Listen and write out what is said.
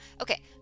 okay